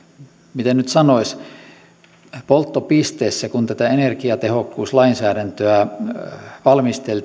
polttopisteessä kun tätä energiatehokkuuslainsäädäntöä valmisteltiin eli haluttiin